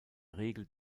regel